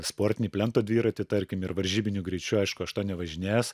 sportinį plento dviratį tarkim ir varžybiniu greičiu aišku aš to nevažinėjęs